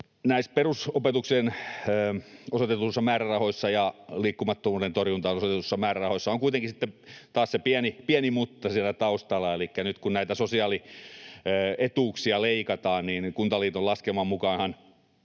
Näissä perusopetukseen osoitetuissa määrärahoissa ja liikkumattomuuden torjuntaan osoitetuissa määrärahoissa on kuitenkin sitten taas se pieni ”mutta” siellä taustalla, elikkä nyt kun näitä sosiaalietuuksia leikataan, niin Kuntaliiton laskeman mukaanhan